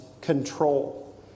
control